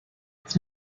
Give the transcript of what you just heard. its